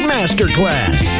Masterclass